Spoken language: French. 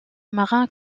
marin